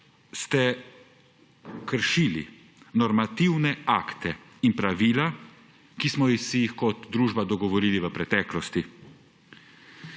ste kršili normativne akte in pravila, o katerih smo se kot družba dogovorili v preteklosti.